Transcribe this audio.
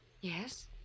Yes